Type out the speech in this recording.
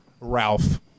Ralph